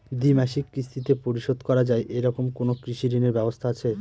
দ্বিমাসিক কিস্তিতে পরিশোধ করা য়ায় এরকম কোনো কৃষি ঋণের ব্যবস্থা আছে?